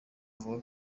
avuga